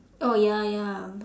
oh ya ya